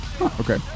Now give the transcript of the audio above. Okay